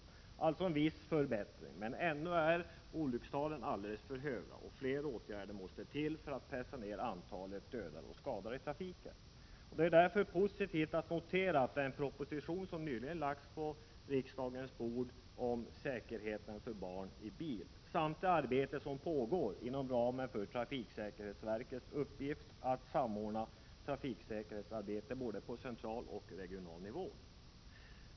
Det har alltså skett en viss förbättring, men ännu är olyckstalen alldeles för höga, och fler ågärder måste till för att minska antalet dödade och skadade i trafiken. Det är därför positivt att notera den proposition som nyligen lagts på riksdagens bord om säkerheten för barn i bil samt det arbete som pågår inom ramen för trafiksäkerhetsverkets uppgift att samordna trafiksäkerhetsarbetet på både central och regional nivå.